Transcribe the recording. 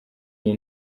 iyi